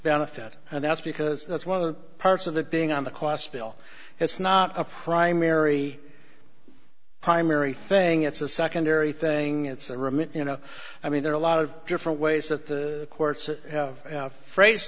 benefit and that's because that's one of the parts of that being on the class bill it's not a primary primary thing it's a secondary thing it's a remit you know i mean there are a lot of different ways that the courts have phrased